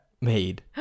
made